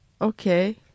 okay